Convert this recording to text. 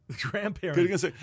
grandparents